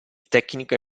tecnico